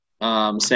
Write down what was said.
Sam